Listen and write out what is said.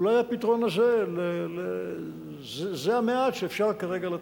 אולי הפתרון הזה זה המעט שאפשר כרגע לתת.